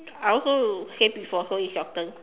I also say before so it's your turn